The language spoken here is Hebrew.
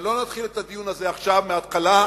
ולא נתחיל את הדיון הזה עכשיו מן ההתחלה.